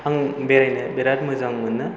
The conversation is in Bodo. आं बेरायनो बिराद मोजां मोनो